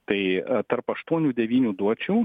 tai tarp aštuonių devynių duočiau